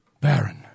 Baron